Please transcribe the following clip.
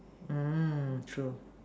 mm true